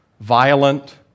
violent